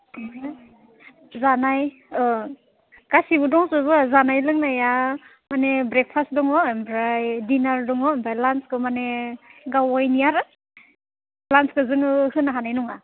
ओमफ्राय जानाय गासैबो दंजोबो जानाय लोंनाया माने ब्रेकफास्ट दङ ओमफ्राय डिनार दङ ओमफ्राय लान्सखौ माने गाव गावनि आरो लान्सखौ जोङो होनो हानाय नङा